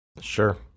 Sure